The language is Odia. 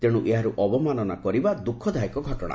ତେଣୁ ଏହାର ଅବମାନନା କରିବା ଦ୍ରୁଃଖଦାୟକ ଘଟଣା